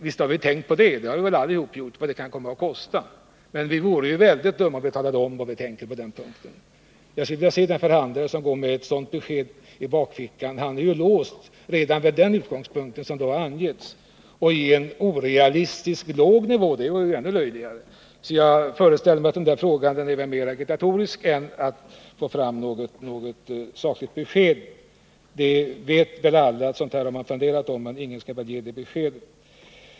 Visst har vi väl alla tänkt på vad det kan komma att kosta. Men vi vore ju väldigt dumma om vi talade om vad vi tänker på den punkten. Jag skulle vilja se den förhandlare som går med ett sådant besked i bakfickan. Han är ju låst vid den utgångspunkt som då har angetts — och om det skulle vara en orealistiskt låg nivå vore det ännu löjligare. Jag föreställer mig alltså att frågan är mer agitatorisk och inte syftar till att få fram något sakligt besked. Alla vet att man har funderat över detta, men ingen skall väl ge det beskedet.